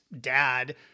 dad